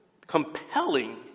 compelling